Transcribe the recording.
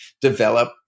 develop